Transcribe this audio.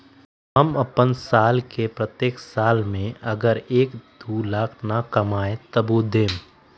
हम अपन साल के प्रत्येक साल मे अगर एक, दो लाख न कमाये तवु देम?